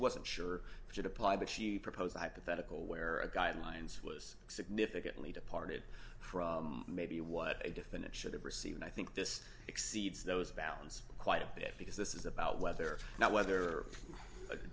wasn't sure which it applied but she proposed a hypothetical where a guidelines was significantly departed from maybe what a defendant should receive and i think this exceeds those bounds quite a bit because this is about whether or not whether a